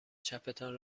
چپتان